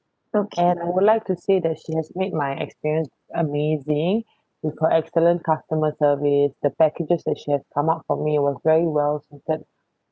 so and I would like to say that she has made my experience amazing she got excellent customer service the packages that she have come up for me was very well-suited